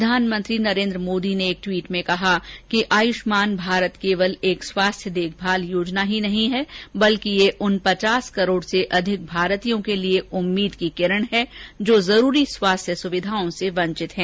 प्रधानमंत्री नरेन्द्र मोदी ने एक ट्वीट में कहा है कि आयुष्मान भारत केवल एक स्वास्थ्य देखभाल योजना ही नहीं है बल्कि यह उन पचास करोड़ से अधिक भारतीयों के लिए उम्मीद की किरण है जो जरूरी स्वास्थ्य सुविधाओं से वंचित हैं